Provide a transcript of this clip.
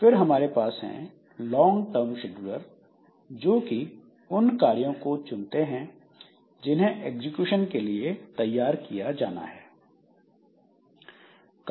फिर हमारे पास है लॉन्ग टर्म शेड्यूलर जो कि उन कार्यों को चुनता है जिन्हें एग्जीक्यूशन के लिए तैयार किया जाना होता है